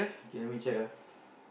K let me check ah